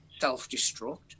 self-destruct